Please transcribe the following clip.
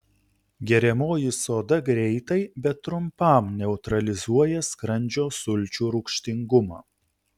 geriamoji soda greitai bet trumpam neutralizuoja skrandžio sulčių rūgštingumą